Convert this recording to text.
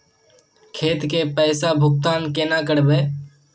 खेत के पैसा भुगतान केना करबे?